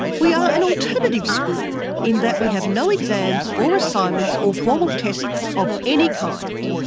we are an alternative school in that we have no exams or assignments or formal tests of any kind.